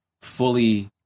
fully